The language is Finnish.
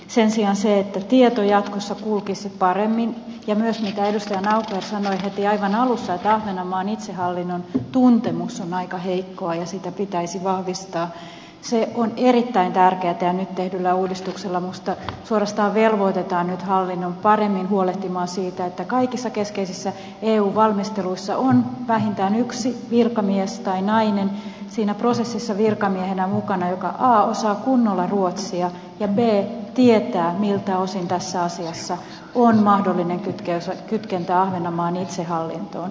sen sijaan se että tieto jatkossa kulkisi paremmin ja myös se mitä edustaja naucler sanoi heti aivan alussa että ahvenanmaan itsehallinnon tuntemus on aika heikkoa ja sitä pitäisi vahvistaa on erittäin tärkeätä ja nyt tehdyllä uudistuksella minusta suorastaan velvoitetaan hallinto paremmin huolehtimaan siitä että kaikissa keskeisissä eu valmisteluissa on vähintään yksi virkamies tai nainen siinä prosessissa virkamiehenä mukana joka a osaa kunnolla ruotsia ja b tietää miltä osin tässä asiassa on mahdollinen kytkentä ahvenanmaan itsehallintoon